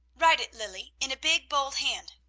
write it, lilly, in a big, bold hand.